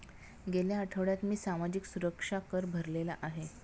गेल्या आठवड्यात मी सामाजिक सुरक्षा कर भरलेला आहे